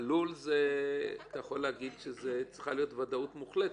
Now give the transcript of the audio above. ב"עלול" אתה יכול להגיד שצריכה להיות ודאות מוחלטת.